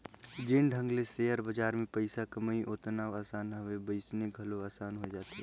जेन ढंग ले सेयर बजार में पइसा कमई ओतना असान हवे वइसने घलो असान होए जाथे